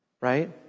right